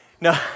No